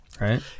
right